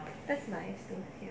that's nice